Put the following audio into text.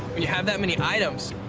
you have that many items,